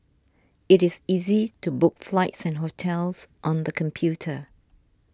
it is easy to book flights and hotels on the computer